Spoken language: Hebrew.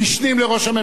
סגני ראש הממשלה,